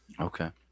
Okay